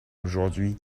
aujourd’hui